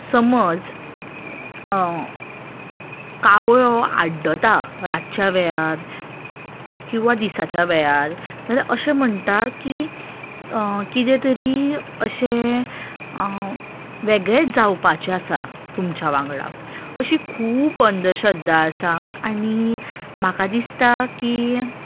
समज कावळो आड्डता रातच्या वेळार किंवां दिसाच्या वेळार जाल्यार अशें म्हणटा की कितें तरी अशें वेगळें जावपाचें आसा तुमच्या वांगडा अशी खूब अंधश्रद्धा आसा आनी म्हाका दिसता की